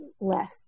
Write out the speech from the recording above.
less